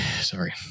sorry